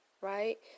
Right